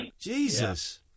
Jesus